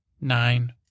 Nine